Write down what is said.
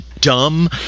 dumb